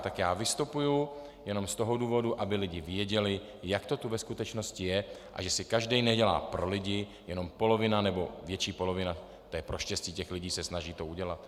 Tak já vystupuji jenom z toho důvodu, aby lidi věděli, jak to tu ve skutečnosti je a že si každý nedělá pro lidi, jenom polovina nebo větší polovina pro štěstí těch lidí se to snaží udělat.